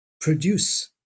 produce